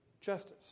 justice